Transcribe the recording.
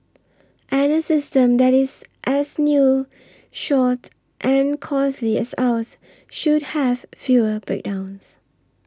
and a system that is as new short and costly as ours should have fewer breakdowns